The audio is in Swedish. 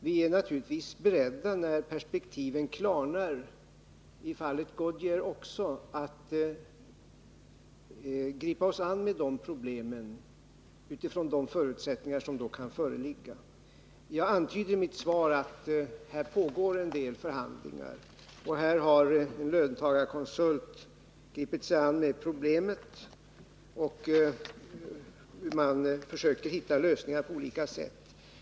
Vi är naturligtvis beredda att när perspektiven klarnar också i fallet Goodyear gripa oss an med problemen där utifrån de förutsättningar som då kan föreligga. Jag antydde i mitt svar att det pågår en del förhandlingar och att en löntagarkonsult har börjat arbeta med problemet. Man försöker alltså hitta lösningar på olika sätt.